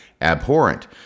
abhorrent